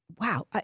wow